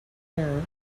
air